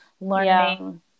learning